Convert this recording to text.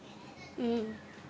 mm